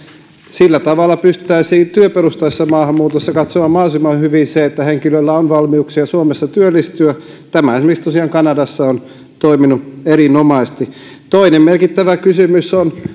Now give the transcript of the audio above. sillä tavalla pystyttäisiin työperustaisessa maahanmuutossa katsomaan mahdollisimman hyvin se että henkilöllä on valmiuksia suomessa työllistyä tämä tosiaan esimerkiksi kanadassa on toiminut erinomaisesti toinen merkittävä kysymys on